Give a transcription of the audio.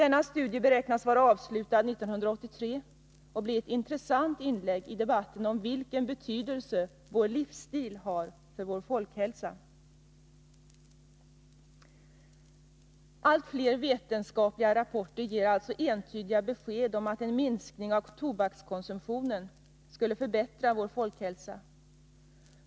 Denna studie, som beräknas vara avslutad 1983, blir ett intressant inlägg i debatten om vilken betydelse vår livsstil har för vår folkhälsa. Allt fler vetenskapliga rapporter ger alltså entydiga besked om att en minskning av tobakskonsumtionen skulle förbättra vår folkhälsa.